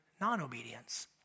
non-obedience